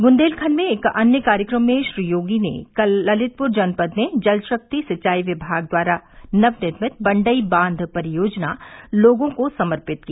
बुन्देलखण्ड में एक अन्य कार्यक्रम में श्री योगी ने कल ललितपुर जनपद में जलशक्ति सिंचाई विभाग द्वारा नवनिर्मित बण्डई बांध परियोजना लोगों को समर्पित की